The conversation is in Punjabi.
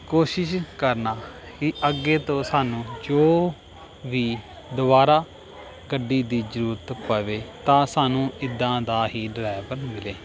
ਕੋਸ਼ਿਸ਼ ਕਰਨਾ ਕਿ ਅੱਗੇ ਤੋਂ ਸਾਨੂੰ ਜੋ ਵੀ ਦੁਬਾਰਾ ਗੱਡੀ ਦੀ ਜ਼ਰੂਰਤ ਪਵੇ ਤਾਂ ਸਾਨੂੰ ਇੱਦਾਂ ਦਾ ਹੀ ਡਰਾਈਵਰ ਮਿਲੇ